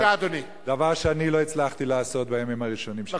דבר שאני לא הצלחתי לעשות בימים הראשונים שלי.